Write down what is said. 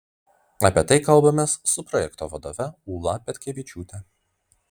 apie tai kalbamės su projekto vadove ūla petkevičiūte